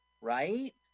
right